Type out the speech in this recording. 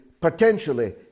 potentially